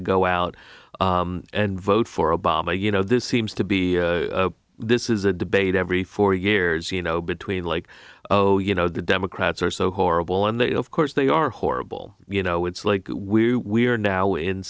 to go out and vote for obama you know this seems to be this is a debate every four years you know between like oh you know the democrats are so horrible and they of course they are horrible you know it's like we we are now in